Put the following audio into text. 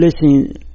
listen